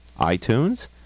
iTunes